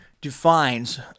defines